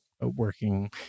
working